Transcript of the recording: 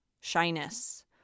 shyness